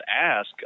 ask